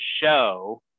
show